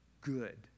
good